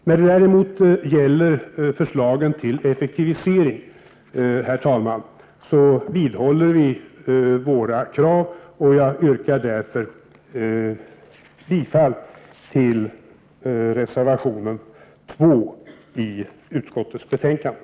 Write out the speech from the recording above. När det däremot gäller förslagen till effektivisering, herr talman, vidhåller vi våra krav. Jag yrkar bifall till reservation 2 i utskottsbetänkandet.